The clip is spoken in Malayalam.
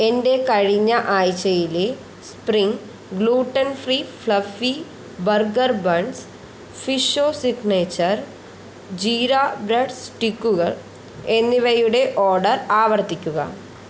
എന്റെ കഴിഞ്ഞ ആഴ്ച്ചയിലെ spring gluten free fluffy burger buns Fresho signature jeera bread സ്റ്റിക്കുകൾ എന്നിവയുടെ ഓർഡർ ആവർത്തിക്കുക